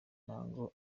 ntago